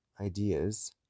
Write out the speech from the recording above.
ideas